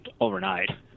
overnight